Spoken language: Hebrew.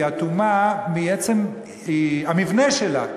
הם אטומים מעצם המבנה שלהם.